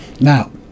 Now